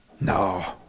No